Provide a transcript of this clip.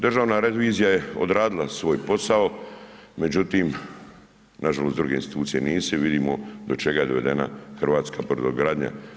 Državna revizija je odradila svoj posao međutim nažalost druge institucije nisu i vidimo do čega je dovedena hrvatska brodogradnja.